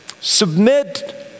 submit